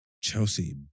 Chelsea